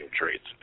traits